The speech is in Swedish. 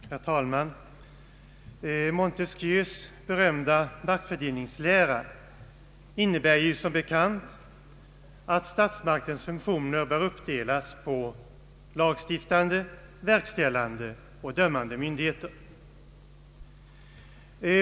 Herr talman! Montesquieus berömda maktfördelningslära innebär som bekant att statsmakternas funktioner bör fördelas på lagstiftande, verkställande och dömande myndigheter.